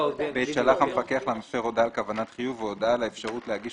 שלח המפקח למפר הודעה על כוונת חיוב או הודעה על האפשרות להגיש